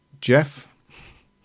Jeff